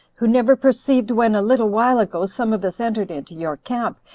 who never perceived when, a little while ago, some of us entered into your camp,